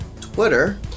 Twitter